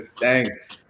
Thanks